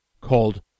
called